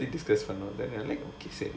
efforts we are to discuss for now and all that is it